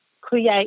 create